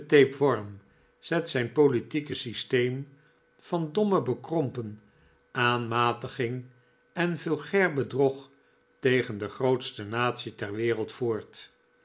tapeworm zet zijn politiek systeem van domme bekrompen aanmatiging en vulgair bedrog tegen de grootste natie ter wereld voort